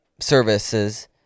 services